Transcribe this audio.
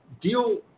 deal